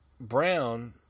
Brown